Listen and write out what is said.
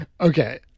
Okay